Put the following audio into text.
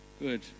Good